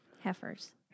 Heifers